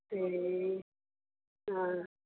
ए अँ